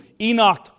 Enoch